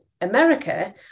america